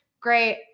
great